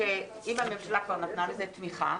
שאם הממשלה כבר נתנה לזה תמיכה,